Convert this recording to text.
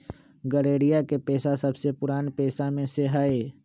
गरेड़िया के पेशा सबसे पुरान पेशा में से हई